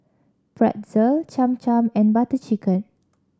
Pretzel Cham Cham and Butter Chicken